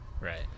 Right